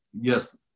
Yes